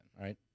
Right